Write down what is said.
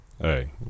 Hey